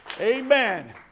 Amen